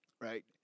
right